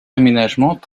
aménagements